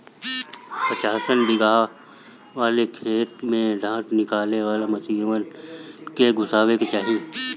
पचासन बिगहा वाले खेत में डाँठ निकाले वाला मशीन के घुसावे के चाही